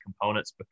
components